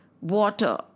water